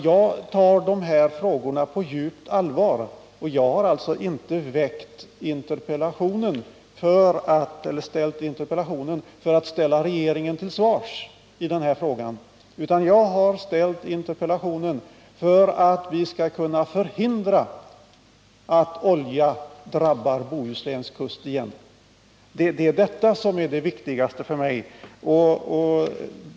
Jag tar de här frågorna på djupt allvar, och jag har inte framställt interpellationen för att ställa regeringen till svars. Jag har gjort det för att vi skall kunna förhindra att oljeutsläpp drabbar Bohusläns kust igen. Det är detta som är det viktigaste för mig.